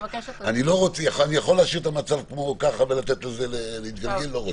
אני יכול להשאיר את המצב ככה ולתת לזה להתגלגל לא רוצה.